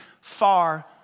far